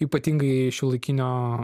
ypatingai šiuolaikinio